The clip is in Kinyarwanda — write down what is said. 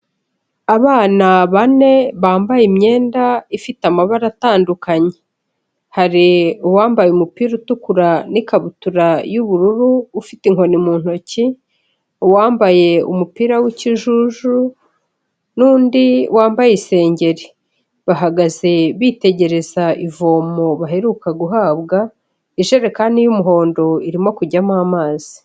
Abana bane bambaye imyenda ifite amabara atandukanye, hari uwambaye umupira utukura n'ikabutura y'ubururu ufite inkoni mu ntoki, uwambaye umupira w'ikijuju n'undi wambaye isengeri, bahagaze bitegereza ivomo baheruka guhabwa, ijerekani y'umuhondo irimo kujyamo amazi.